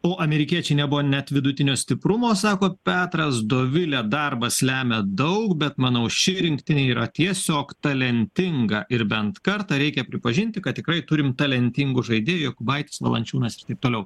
o amerikiečiai nebuvo net vidutinio stiprumo sako petras dovilė darbas lemia daug bet manau ši rinktinė yra tiesiog talentinga ir bent kartą reikia pripažinti kad tikrai turim talentingų žaidėjų jokubaitis valančiūnas ir taip toliau